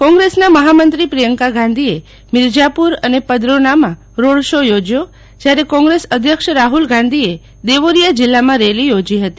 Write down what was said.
કોંગ્રેસના મહામંત્રી પ્રિયંકા ગાંધીએ મિરઝાપુર અને પદરોનામાં રોડ શો યોજયો જયારે કોંગ્રેસ અધ્યક્ષ રાહુલ ગાંધીએ દેવોરિયા જિલ્લામાં રેલી યોજી હતી